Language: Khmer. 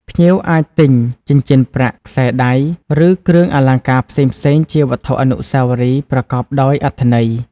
ភ្ញៀវអាចទិញ ចិញ្ចៀនប្រាក់ ខ្សែដៃ ឬគ្រឿងអលង្ការផ្សេងៗជាវត្ថុអនុស្សាវរីយ៍ប្រកបដោយអត្ថន័យ។